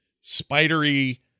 spidery